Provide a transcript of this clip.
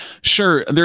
Sure